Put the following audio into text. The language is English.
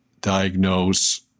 diagnose